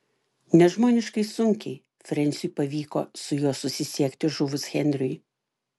nežmoniškai sunkiai frensiui pavyko su juo susisiekti žuvus henriui